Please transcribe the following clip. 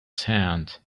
sand